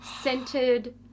scented